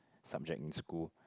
subject in school